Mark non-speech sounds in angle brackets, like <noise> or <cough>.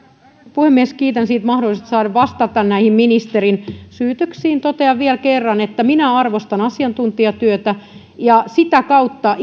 puhemies kiitän mahdollisuudesta saada vastata näihin ministerin syytöksiin totean vielä kerran että minä arvostan asiantuntijatyötä ja sitä kautta <unintelligible>